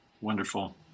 Wonderful